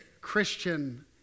Christian